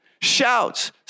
shouts